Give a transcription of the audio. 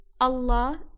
Allah